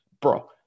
bro